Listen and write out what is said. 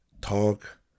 talk